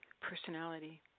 personality